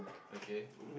okay